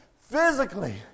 physically